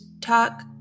talk